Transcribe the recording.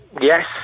Yes